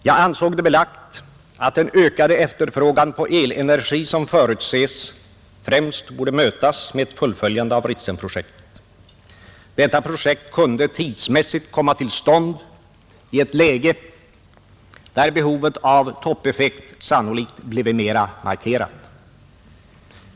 Jag ansåg det belagt att den ökade efterfrågan på elenergi som förutses främst borde mötas med ett fullföljande av Ritsemprojektet. Detta projekt kunde tidsmässigt komma till stånd i ett läge där behovet av toppeffekt sannolikt bleve mera markerat.